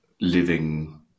living